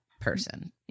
person